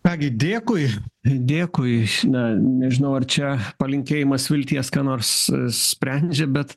ką gi dėkui dėkui na nežinau ar čia palinkėjimas vilties ką nors sprendžia bet